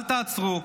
אל תעצרו,